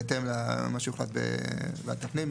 בהתאם למה שיוחלט בוועדת הפנים.